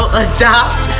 adopt